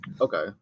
Okay